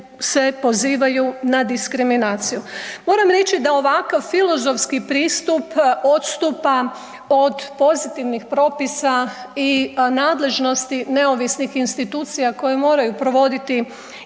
se pozivaju na diskriminaciju? Moram reći da ovakav filozofski pristup odstupa od pozitivnih propisa i nadležnosti neovisnih institucija koje moraju provoditi